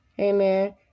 amen